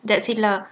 that's it lah